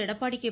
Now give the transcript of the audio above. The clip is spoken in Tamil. எடப்பாடி கே